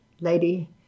lady